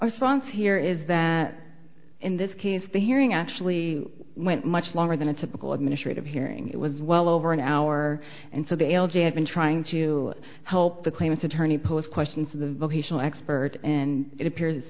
songs here is that in this case the hearing actually went much longer than a typical administrative hearing it was well over an hour and so the algae had been trying to help the claimants attorney pose questions to the vocational expert and it appears